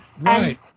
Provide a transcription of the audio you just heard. Right